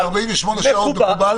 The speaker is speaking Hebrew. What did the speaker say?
48 שעות מקובל?